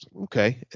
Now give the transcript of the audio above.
Okay